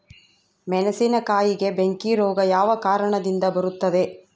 ಮೆಣಸಿನಕಾಯಿಗೆ ಬೆಂಕಿ ರೋಗ ಯಾವ ಕಾರಣದಿಂದ ಬರುತ್ತದೆ?